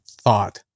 thought